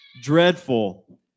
dreadful